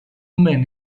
men